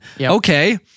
Okay